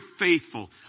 faithful